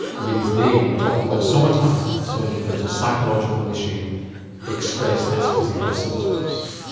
made his name in talking about somatising, so that there was a psychological issue expressed as physical symptoms,